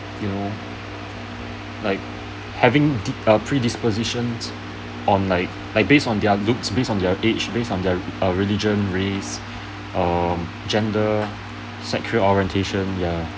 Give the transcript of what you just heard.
you know like having deep uh predisposition on like like based on their looks based on their age based on their religions race err gender sexual orientation ya